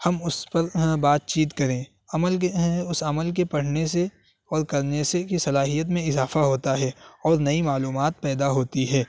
ہم اس پر بات چیت کریں عمل کے اس عمل کے پڑھنے سے اور کرنے سے کی صلاحیت میں اضافہ ہوتا ہے اور نئی معلومات پیدا ہوتی ہے